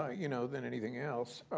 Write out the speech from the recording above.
ah you know, than anything else.